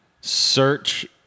Search